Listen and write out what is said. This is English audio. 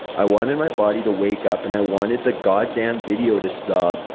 i wanted my body to wake up and i wanted the goddamn video to stop.